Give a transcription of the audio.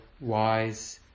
wise